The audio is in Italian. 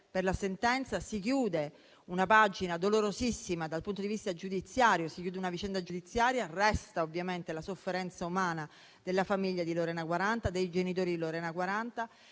per la sentenza. Si chiude una pagina dolorosissima dal punto di vista giudiziario. Si chiude la vicenda giudiziaria, resta ovviamente la sofferenza umana della famiglia e dei genitori di Lorena Quaranta.